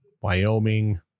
Wyoming